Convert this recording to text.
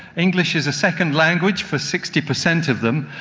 english is a second language for sixty percent of them,